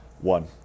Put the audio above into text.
One